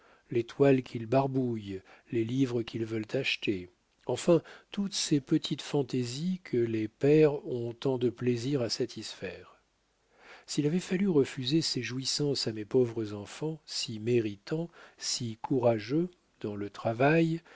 les toiles qu'ils barbouillent les livres qu'ils veulent acheter enfin toutes ces petites fantaisies que les pères ont tant de plaisir à satisfaire s'il avait fallu refuser ces jouissances à mes pauvres enfants si méritants si courageux dans le travail